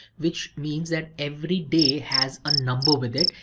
which means that every day has a number with it,